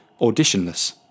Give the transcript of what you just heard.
auditionless